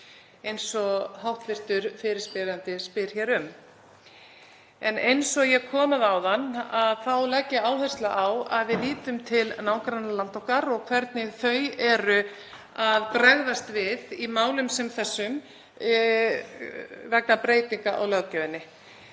eins og hv. fyrirspyrjandi spyr hér um. En eins og ég kom að áðan þá legg ég áherslu á að við lítum til nágrannalanda okkar og hvernig þau eru að bregðast við í málum sem þessum vegna breytinga á löggjöfinni.